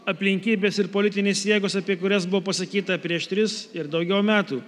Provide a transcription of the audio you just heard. aplinkybės ir politinės jėgos apie kurias buvo pasakyta prieš tris ir daugiau metų